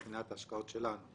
מבחינת ההשקעות שלנו?